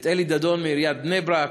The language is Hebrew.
את אלי דדון מעיריית בני-ברק,